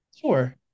sure